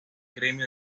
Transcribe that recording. gremio